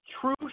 truth